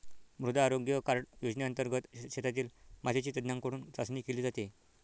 मृदा आरोग्य कार्ड योजनेंतर्गत शेतातील मातीची तज्ज्ञांकडून चाचणी केली जाते